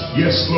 yes